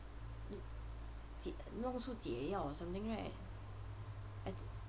弄不出解药 or something right